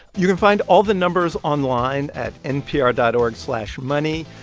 you can find all the numbers online at npr dot org slash money.